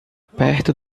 perto